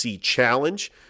Challenge